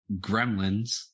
Gremlins